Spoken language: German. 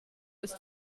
ist